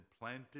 planted